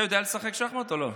אתה יודע לשחק שחמט או לא?